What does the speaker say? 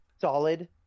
solid